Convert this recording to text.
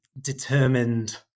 determined